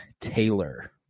Taylor